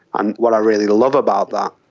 and what i really love about that,